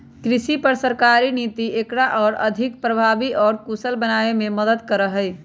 कृषि पर सरकारी नीति एकरा और अधिक प्रभावी और कुशल बनावे में मदद करा हई